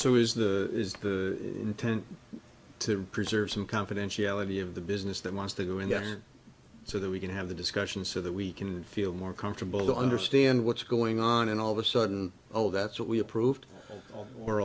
so is the intent to preserve some confidentiality of the business that wants to go in there so that we can have the discussion so that we can feel more comfortable to understand what's going on and all of a sudden oh that's what we approved or